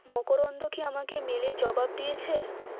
মকরন্দ কি আমাকে মেলে জবাব দিয়েছে